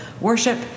worship